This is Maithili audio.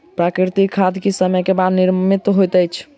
प्राकृतिक खाद किछ समय के बाद निर्मित होइत अछि